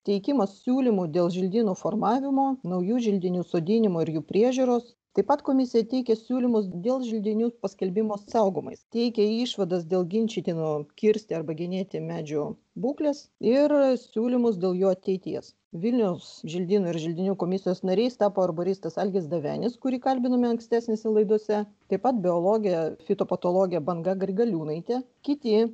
teikimas siūlymų dėl želdynų formavimo naujų želdinių sodinimo ir jų priežiūros taip pat komisija teikia siūlymus dėl želdinių paskelbimo saugomais teikia išvadas dėl ginčytinų kirsti arba genėti medžių būklės ir siūlymus dėl jo ateities vilniaus želdynų ir želdinių komisijos nariais tapo arboristas algis devenis kurį kalbinome ankstesnėse laidose taip pat biologė fitopatologė banga grigaliūnaitė kiti